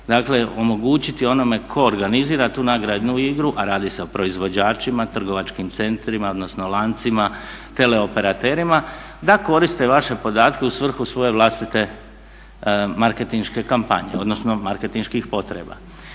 morate omogućiti onome tko organizira tu nagradnu igru, a radi se o proizvođačima, trgovačkim centrima odnosno lancima teleoperaterima da koriste vaše podatke u svrhu svoje vlastite marketinške kampanje odnosno marketinških potreba.